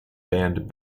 band